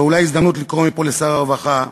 זאת אולי הזדמנות לקרוא מפה לשר הרווחה,